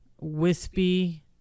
Wispy